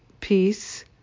peace